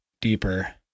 deeper